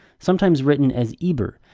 sometimes written as eber,